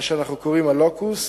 מה שאנחנו קוראים "לוקוס"